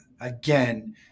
again